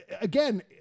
again